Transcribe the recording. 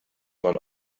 man